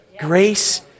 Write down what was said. Grace